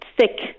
Thick